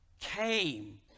came